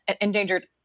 endangered